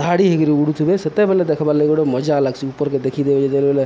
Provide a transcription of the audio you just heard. ଧାଡ଼ି ହେଇକରି ଉଡ଼ୁଥିବେ ସେତେବେଲେ ଦେଖବାର୍ ଲାଗି ଗଟେ ମଜା ଲାଗ୍ସି ଉପର୍କେ ଦେଖିଦେବେ ଯେତବେଳେ